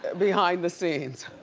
behind the scenes.